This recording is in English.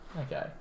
Okay